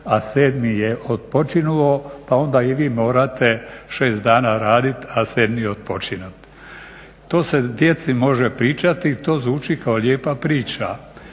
a sedmi je otpočinuo, pa onda i vi morate šest dana raditi, a sedmi otpočinut. To se djeci može pričati i to zvuči kao lijepa priča,